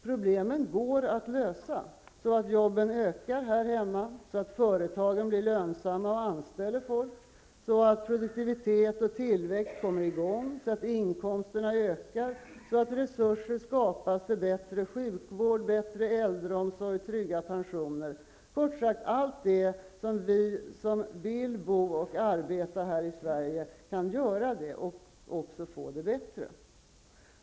Problemen går att lösa, så att antalet arbeten ökar här hemma, företagen blir lönsamma och anställer folk, produktivitet och tillväxt kommer i gång, inkomsterna ökar och resurser skapas för bättre sjukvård, bättre äldrevård och trygga pensioner -- kort sagt allt det som behövs för att vi som vill bo och arbeta här i Sverige kan göra det och också få det bättre.